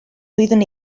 oeddwn